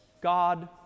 God